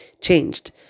changed